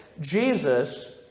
Jesus